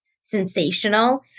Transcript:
sensational